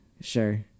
Sure